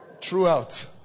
Throughout